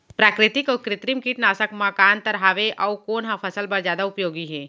प्राकृतिक अऊ कृत्रिम कीटनाशक मा का अन्तर हावे अऊ कोन ह फसल बर जादा उपयोगी हे?